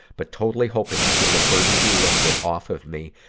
but totally hoping to feel a burden be lifted off of me,